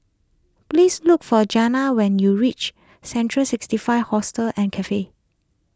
please look for Jena when you reach Central sixty five Hostel and Cafe